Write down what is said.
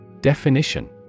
Definition